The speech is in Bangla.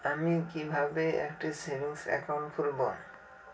আমি কিভাবে একটি সেভিংস অ্যাকাউন্ট খুলব?